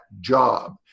job